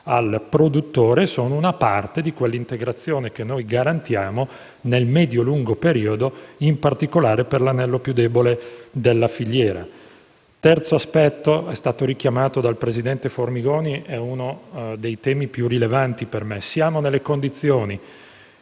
al produttore e sono una parte di quella integrazione che garantiamo nel medio lungo periodo, in particolare per l'anello più debole della filiera. Il terzo aspetto è stato richiamato dal presidente Formigoni ed è uno dei temi per me più rilevanti. Siamo nelle condizioni,